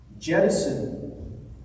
Jettison